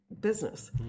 business